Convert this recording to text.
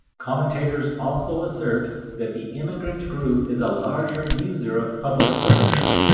commentators also assert that the immigrant group is a larger user of public services,